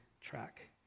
track